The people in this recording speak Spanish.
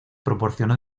proporcionó